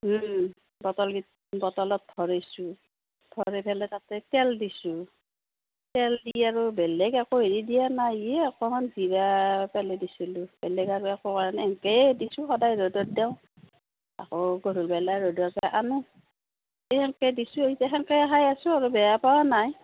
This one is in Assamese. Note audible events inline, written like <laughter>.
বটল <unintelligible> বটলত ভৰাইছোঁ ভৰাই পেলাই তাতে তেল দিছোঁ তেল দি আৰু বেলেগ একো হেৰি দিয়া নাই ইয়ে অকণমান জিৰা পেলাই দিছিলোঁ বেলেগ আৰু একো কৰা নাই এনকেই দিছোঁ সদায় ৰ'দত দিওঁ আকৌ গধূলী বেলা ৰ'দৰপৰা আনো এই সেনেকে দিছোঁ এতিয়া সেনেকে খাই আছোঁ আৰু বেয়া পোৱা নাই